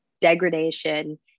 degradation